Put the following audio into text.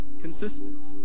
consistent